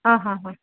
ಹಾಂ ಹಾಂ ಹಾಂ